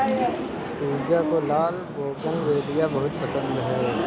पूजा को लाल बोगनवेलिया बहुत पसंद है